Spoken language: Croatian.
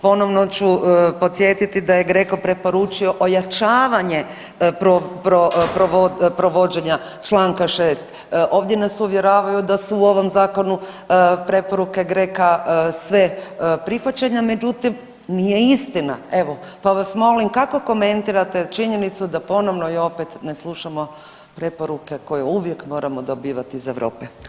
Ponovno ću podsjetiti da je GRECO preporučio ojačavanje provođenja Članka 6. Ovdje nas uvjeravaju da su u ovom zakonu preporuke GRECO-a sve prihvaćene međutim nije istina evo pa vas molim kako komentirate činjenicu da ponovno i opet ne slušamo preporuke koje uvijek moramo dobivat iz Europe.